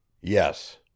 Yes